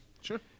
Sure